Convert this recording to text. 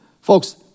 Folks